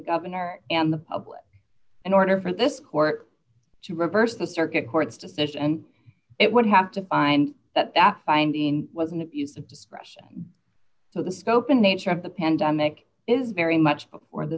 governor and the public in order for this court to reverse the circuit court's decision and it would have to find that that finding was an abuse of discretion so the scope and nature of the pandemic is very much before th